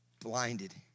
blinded